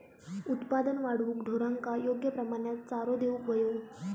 उत्पादन वाढवूक ढोरांका योग्य प्रमाणात चारो देऊक व्हयो